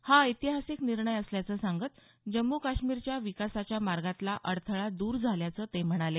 हा ऐतिहासिक निर्णय असल्याचं सांगत जम्मू काश्मीरच्या विकासाच्या मार्गातला अडथळा दर झाल्याचं ते म्हणाले